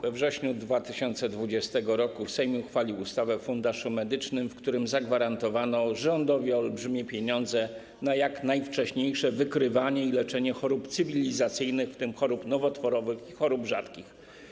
We wrześniu 2020 r. Sejm uchwalił ustawę o Funduszu Medycznym, w której zagwarantowano rządowi olbrzymie pieniądze na jak najwcześniejsze wykrywanie i leczenie chorób cywilizacyjnych, w tym chorób nowotworowych, chorób rzadkich.